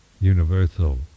universal